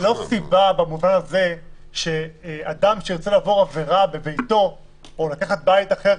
זאת לא סיבה במובן הזה שאדם שירצה לעבור עבירה בביתו או לקחת בית אחר.